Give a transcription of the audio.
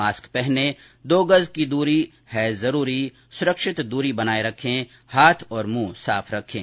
mask पहनें दो गज की दूरी है जरूरी सुरक्षित दूरी बनाए रखें हाथ और मुंह साफ रखें